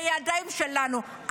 בידיים שלנו.